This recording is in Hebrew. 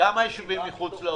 כמה יישובים מחוץ לעוטף?